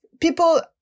people